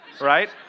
right